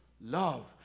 love